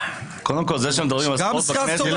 זה שמדברים בכנסת על ספורט, זה כבר הישג.